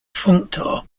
functor